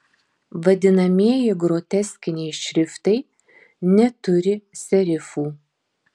vadinamieji groteskiniai šriftai neturi serifų